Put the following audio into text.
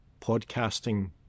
podcasting